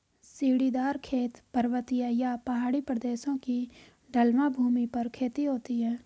सीढ़ीदार खेत, पर्वतीय या पहाड़ी प्रदेशों की ढलवां भूमि पर खेती होती है